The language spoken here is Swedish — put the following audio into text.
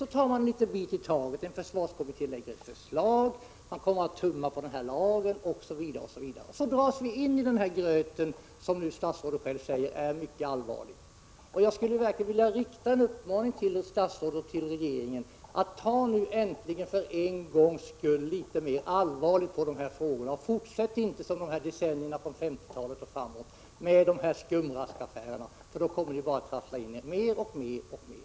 Så tar man en liten bit i taget. En försvarskommitté lägger fram ett förslag, man tummar på denna lag osv. Så dras vi ini denna gröt, som statsrådet säger är så allvarlig. Jag skulle vilja rikta en uppmaning till statsrådet och till regeringen. Ta nu äntligen för en gångs skull litet mer allvarligt på dessa frågor. Fortsätt inte, som under decennierna från 1950-talet och framåt med dessa skumraskaffärer, för då kommer ni bara att trassla in er mer och mer.